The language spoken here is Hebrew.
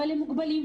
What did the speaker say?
כלי המשטרה מוגבלים,